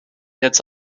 jetzt